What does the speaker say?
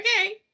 Okay